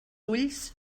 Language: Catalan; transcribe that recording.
ulls